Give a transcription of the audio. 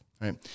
right